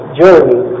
journey